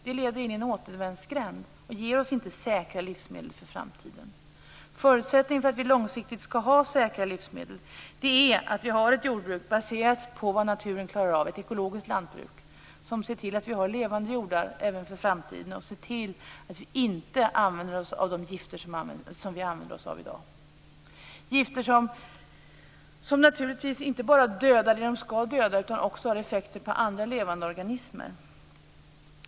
Det leder in i en återvändsgränd och ger oss inte säkra livsmedel för framtiden. Förutsättningen för att vi långsiktigt skall ha säkra livsmedel är att vi har ett jordbruk baserat på vad naturen klarar av, ett ekologiskt lantbruk, som ser till att vi har levande jordar även för framtiden och ser till att vi inte använder de gifter som vi använder i dag. Det är gifter som naturligtvis inte bara dödar det som de skall döda utan också har effekter på andra levande organismer.